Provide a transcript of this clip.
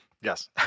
yes